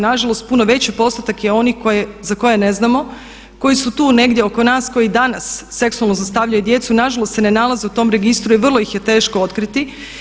Nažalost puno veći postotak je onih za koje ne znamo, koji su tu negdje oko nas koji danas seksualno zlostavljaju djecu, nažalost se ne nalaze u tom registru i vrlo ih je teško otkriti.